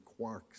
quarks